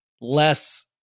less